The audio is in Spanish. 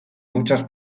muchas